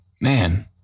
man